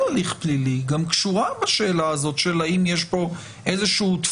הליך פלילי גם קשורה לשאלה האם יש פה דפוס.